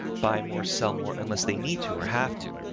buy more, sell more unless they need to or have to.